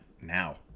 now